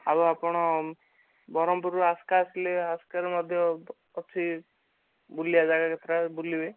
ଆଉ ଆପଣ ବ୍ରହ୍ମପୁରରୁ ଆସ୍କା ଆସିଲେ ଆସ୍କାରେ ମଧ୍ୟ ଅଛି ବୁଲିବା ଜାଗା କେତେଟା ବୁଲିବେ